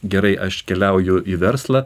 gerai aš keliauju į verslą